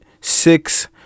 six